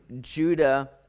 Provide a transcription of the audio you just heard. Judah